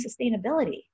sustainability